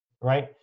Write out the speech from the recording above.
right